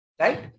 right